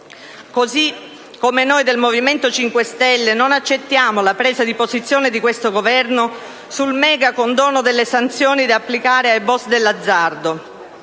modo, noi del Movimento 5 Stelle non accettiamo la presa di posizione di questo Governo sul megacondono delle sanzioni da applicare ai *boss* dell'azzardo.